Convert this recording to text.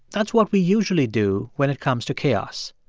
that's what we usually do when it comes to chaos.